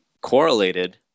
correlated